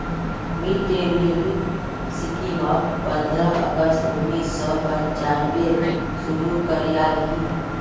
mid day meal स्कीमक पंद्रह अगस्त उन्नीस सौ पंचानबेत शुरू करयाल की